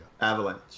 Avalanche